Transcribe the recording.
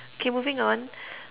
K moving on